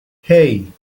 hey